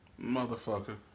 Motherfucker